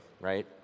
right